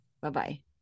Bye-bye